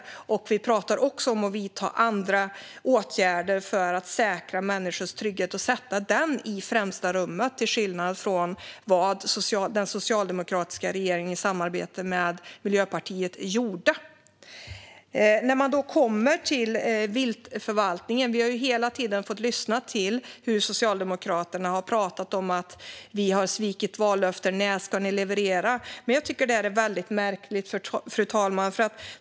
Vi pratar också om att vidta andra åtgärder för att sätta människors trygghet i främsta rummet, till skillnad från vad den socialdemokratiska regeringen i samarbete med Miljöpartiet gjorde. Vi har hela tiden fått lyssna till hur Socialdemokraterna har pratat om att vi har svikit vallöften och frågor när vi ska leverera. Jag tycker att det är märkligt.